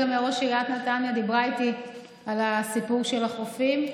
גם ראש עיריית נתניה דיברה איתי על הסיפור של החופים.